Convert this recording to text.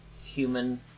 human